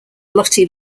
lotte